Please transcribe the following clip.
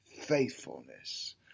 faithfulness